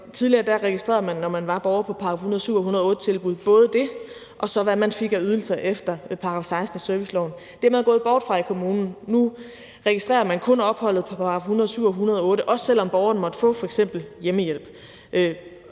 Tidligere registrerede man både det, at man var borger på § 107- og § 108-tilbud, og så hvad man fik af ydelser efter § 16 i serviceloven. Det er man gået bort fra i kommunen. Nu registrerer man kun opholdet efter § 107 og § 108, også selv om borgeren måtte få f.eks. hjemmehjælp.